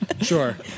Sure